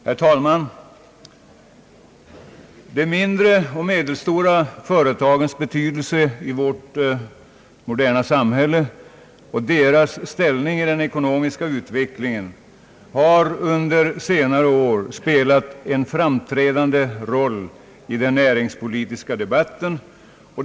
Herr talman! De mindre och medelstora företagens betydelse i vårt moderna samhälle och deras ställning i den ekonomiska utvecklingen har under senare år spelat en framträdande roll i den näringspolitiska debatten.